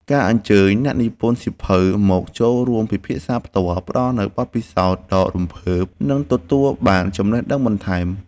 ការអញ្ជើញអ្នកនិពន្ធសៀវភៅមកចូលរួមពិភាក្សាផ្ទាល់ ផ្ដល់នូវបទពិសោធន៍ដ៏រំភើប និងទទួលបានចំណេះដឹងបន្ថែម។